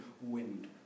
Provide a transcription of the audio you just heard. wind